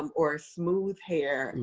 um or smooth hair. and